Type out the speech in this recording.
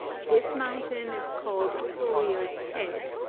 this mountain is called thorir's head,